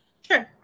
Sure